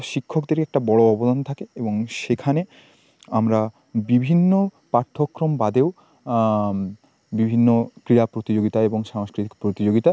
শিক্ষকদেরই একটা বড় অবদান থাকে এবং সেখানে আমরা বিভিন্ন পাঠ্যক্রম বাদেও বিভিন্ন ক্রীড়া প্রতিযোগিতা এবং সাংস্কৃতিক প্রতিযোগিতা